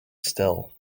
still